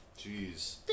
Jeez